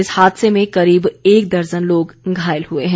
इस हादसे में करीब एक दर्जन लोग घायल हुए हैं